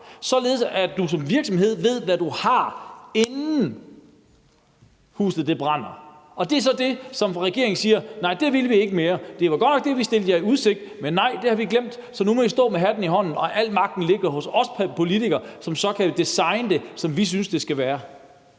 således at du som virksomhed ved, hvad du har, inden huset brænder. Og det er så der, hvor regeringen siger: Nej, det vil vi ikke mere; det var godt nok det, vi stillede jer i udsigt, men nej, det har vi glemt, så nu må I stå med hatten i hånden, og al magten ligger hos os politikere, som så kan designe det, som vi synes det skal være.